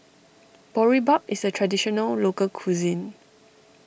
Boribap is a Traditional Local Cuisine